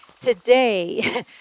today